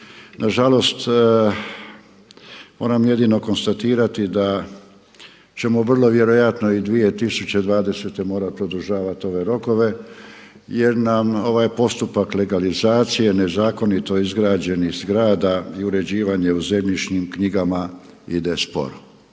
Nažalost moram jedino konstatirati da ćemo vrlo vjerojatno i 2020. morati produžavati ove rokove jer nam ovaj postupak legalizacije nezakonito izgrađenih zgrada i uređivanje u zemljišnim knjigama ide sporo.